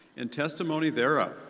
and testimony thereof,